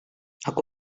aku